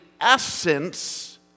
essence